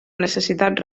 necessitat